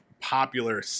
popular